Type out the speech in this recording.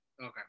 Okay